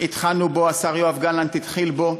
התחלנו בו, השר יואב גלנט התחיל בו,